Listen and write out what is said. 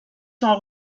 sont